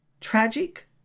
Tragic